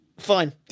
Fine